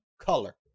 color